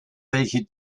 welche